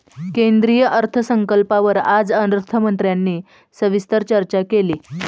केंद्रीय अर्थसंकल्पावर आज अर्थमंत्र्यांनी सविस्तर चर्चा केली